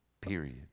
period